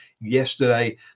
yesterday